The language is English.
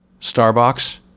starbucks